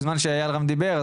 בזמן שאיל רם דיבר,